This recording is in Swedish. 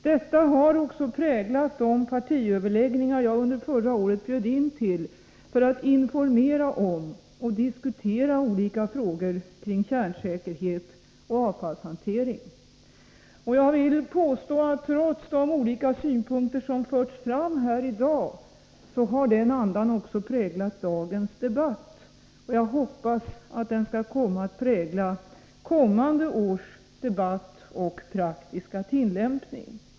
Detta har också präglat de partiöverläggningar som jag under förra året bjöd in till för att informera om och diskutera olika frågor kring kärnsäkerhet och avfallshantering. Och jag vill påstå att den andan också har präglat dagens debatt, trots de olika synpunkter som förts fram här i dag. Och jag hoppas också att den skall prägla kommande års debatt och praktiska tillämpning.